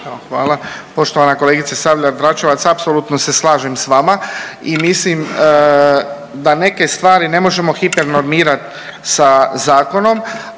hvala. Poštovana kolegice Sabljar Dračevac apsolutno se slažem s vama i mislim da neke stvari ne možemo hipernormirat sa zakonom,